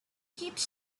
keeps